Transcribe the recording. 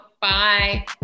Bye